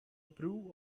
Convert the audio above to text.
brew